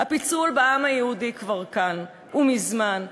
הפיצול בעם היהודי כבר כאן ומזמן.